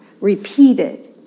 repeated